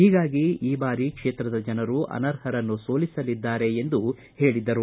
ಹೀಗಾಗಿ ಈ ಬಾರಿ ಕ್ಷೇತ್ರದ ಜನರು ಅನರ್ಹರನ್ನು ಸೋಲಿಸಲಿದಾರೆ ಎಂದು ಹೇಳಿದರು